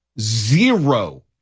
Zero